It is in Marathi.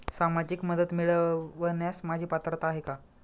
सामाजिक मदत मिळवण्यास माझी पात्रता आहे का?